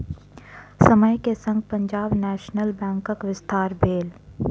समय के संग पंजाब नेशनल बैंकक विस्तार भेल